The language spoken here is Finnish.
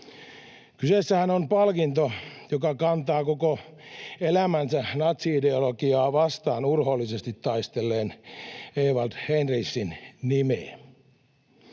Kyseessähän on palkinto, joka kantaa koko elämänsä natsi-ideologiaa vastaan urhoollisesti taistelleen Ewald-Heinrichin nimeä.